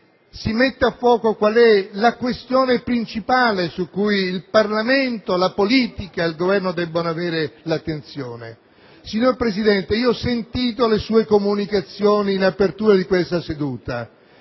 si metta a fuoco la questione principale a cui il Parlamento, la politica, il Governo debbono prestare l'attenzione. Signor Presidente, ho ascoltato le sue comunicazioni in apertura di seduta